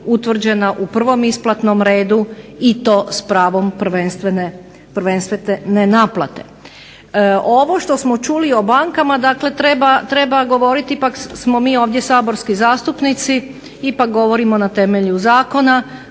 utvrđena u prvom isplatnom redu i to s pravom prvenstvene naplate. Ovo što smo čuli o bankama, dakle treba govoriti ipak smo mi ovdje saborski zastupnici, ipak govorimo na temelju zakona.